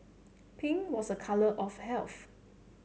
pink was a colour of health